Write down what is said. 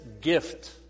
gift